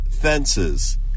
fences